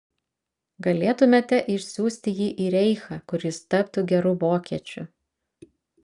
galėtumėte išsiųsti jį į reichą kur jis taptų geru vokiečiu